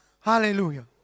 Hallelujah